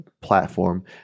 platform